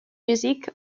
music